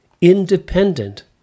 independent